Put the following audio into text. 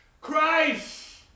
Christ